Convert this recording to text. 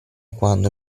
quando